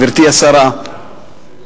גברתי השרה,